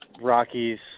Rockies